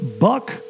Buck